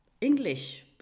english